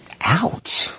Ouch